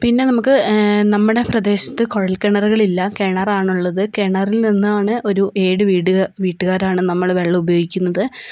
പിന്നെ നമുക്ക് നമ്മുടെ പ്രദേശത്ത് കുഴൽകിണറുകളില്ല കിണറാണുള്ളത് കിണറിൽ നിന്നാണ് ഒരു ഏഴു വീട്ടുകാരാണ് നമ്മള് വെള്ളം ഉപയോഗിക്കുന്നത്